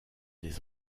des